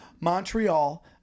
Montreal